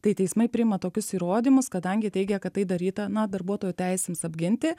tai teismai priima tokius įrodymus kadangi teigia kad tai daryta na darbuotojo teisėms apginti